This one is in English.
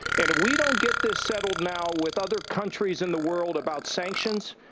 and if we don't get this settled now, with other countries in the world, about sanctions,